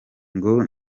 ngo